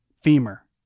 femur